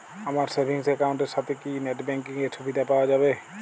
আমার savings account এর সাথে কি নেটব্যাঙ্কিং এর সুবিধা পাওয়া যাবে?